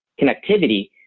connectivity